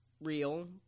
real